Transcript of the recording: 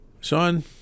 son